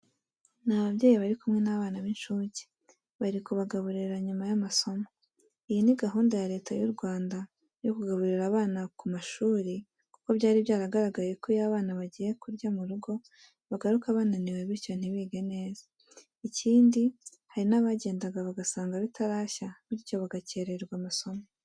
Ni ababyeyi bari kimwe n'abana b'incuke, bari kubagaburira nyuma y'amasomo. Iyi ni gahunda ya Leta y'u Rwanda yo kugaburira abana ku mashuri kuko byari byaragaragaye ko iyo abana bagiye kurya mu rugo bagaruka bananiwe biryo ntibige neza. Ikindi hari n'abagendaga bagasanga bitarashya bityo bagakererwa amasomo.